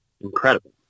incredible